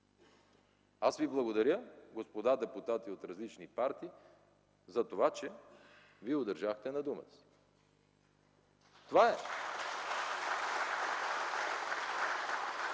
Аз ви благодаря, господа депутати от различни партии, затова, че вие удържахте на думата си. Това е!